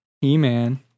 He-Man